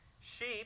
sheep